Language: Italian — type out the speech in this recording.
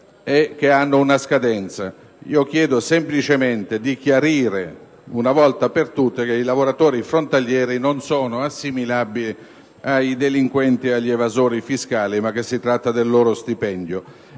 e hanno una scadenza. Chiedo semplicemente di chiarire una volta per tutte che i lavoratori frontalieri non sono assimilabili ai delinquenti e agli evasori fiscali, ma si tratta semplicemente del loro stipendio.